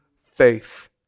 faith